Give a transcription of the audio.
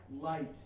light